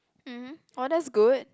(uh huh) oh that's good